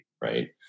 right